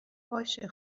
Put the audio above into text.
باشه